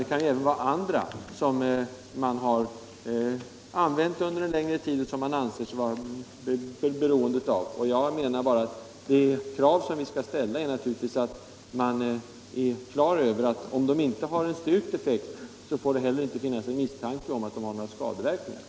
Det kan även gälla andra preparat, som man har använt under en längre tid och anser sig vara beroende av. Det krav vi skall ställa är naturligtvis att om ett preparat inte har någon styrkt effekt, får det inte heller finnas någon misstanke om att det har skadeverkningar.